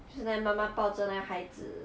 就是那个妈妈抱着那个孩子